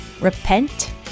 repent